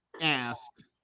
asked